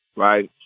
right.